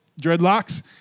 dreadlocks